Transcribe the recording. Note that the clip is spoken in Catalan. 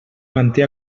manté